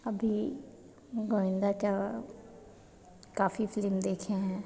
अभी गोविन्दा की काफ़ी फ़िल्म देखे हैं